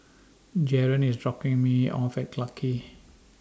Jaren IS dropping Me off At Clarke Quay